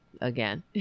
again